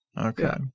Okay